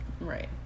Right